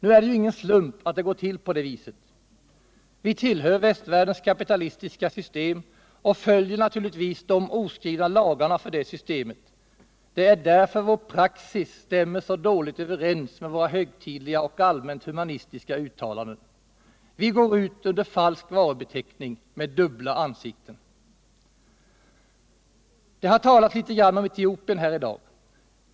Nu är det ju ingen slump att det går till på det viset. Vi tillhör västvärldens kapitalistiska system och följer naturligtvis de oskrivna lagarna för det systemet, det är därför vår praxis så dåligt stämmer överens med våra högtidliga och allmänt humanistiska uttalanden. Vi går ut under falsk varubeteckning, med dubbla ansikten. Det har talats litet om Etiopien här i dag.